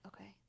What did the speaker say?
Okay